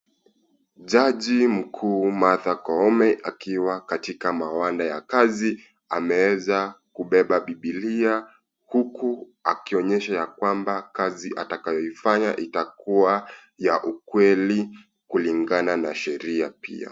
Jaji mkuu Martha Koome, akiwa katika mawanda ya kazi, ameweza kubeba Bibilia huku akionyesha ya kwamba kazi atakayoifanya itakuwa ya ukweli kulingana na sheria pia.